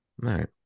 right